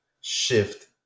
shift